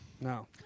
No